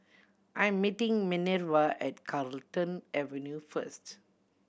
I'm meeting Manerva at Carlton Avenue first